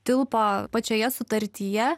tilpo pačioje sutartyje